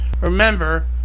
Remember